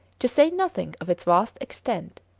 to say nothing of its vast extent,